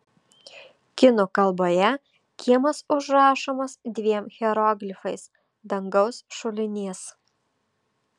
kinų kalboje kiemas užrašomas dviem hieroglifais dangaus šulinys